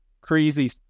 crazy